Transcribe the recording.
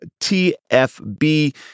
TFB